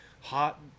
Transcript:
hot